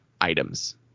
items